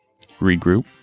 regroup